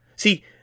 See